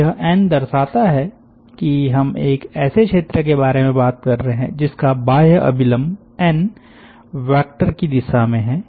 तो यह एन दर्शाता है कि हम एक ऐसे क्षेत्र के बारे में बात कर रहे हैं जिसका बाह्य अभिलम्ब एन वेक्टर की दिशा में है